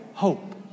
hope